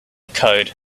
code